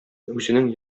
үзенең